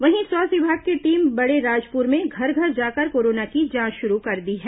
वहीं स्वास्थ्य विभाग की टीम बड़ेराजपुर में घर घर जाकर कोरोना की जांच शुरू कर दी है